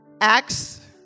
Acts